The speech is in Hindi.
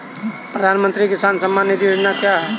प्रधानमंत्री किसान सम्मान निधि योजना क्या है?